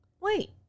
Wait